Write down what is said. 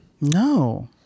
No